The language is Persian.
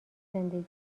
زندگی